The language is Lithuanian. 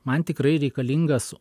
man tikrai reikalingas